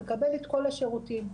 לקבל את כל השירותים.